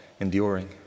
enduring